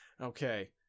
Okay